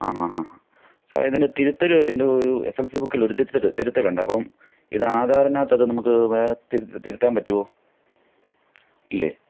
ആ ആ ആ ആ സാറെ ഇതിന്റെ തിരുത്തൽ എന്റെ ഒരു എസ് എസ് എൽ സി ബുക്കിലൊരു തിരുത്തൽ തിരുത്തലുണ്ട് അപ്പം ഇത് ആധാറിനകത്തത് നമുക്ക് വേറെ തിരുത്താൻ പറ്റുമോ ഇല്ലെങ്കിൽ